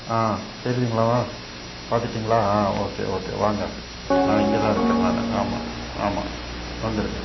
ஆ தெரியுதுங்களா ஆ பார்த்துட்டிங்களா ஆ ஓகே ஓகே வாங்க ஆ இங்கே தான் இருக்கிறேன் நான் ஆமாம் ஆமாம் வந்துடுங்க